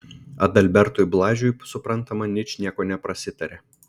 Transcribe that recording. adalbertui blažiui suprantama ničnieko neprasitarė